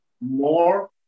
more